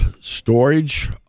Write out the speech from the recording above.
storage